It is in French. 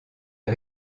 est